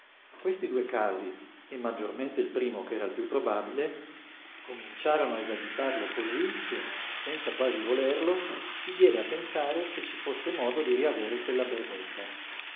questi due casi e maggiormente il primo ch'era il piú probabile cominciarono a esagitarlo cosí che senza quasi volerlo si diede a pensare se ci fosse modo di riavere quella berretta